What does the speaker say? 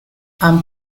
han